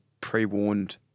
pre-warned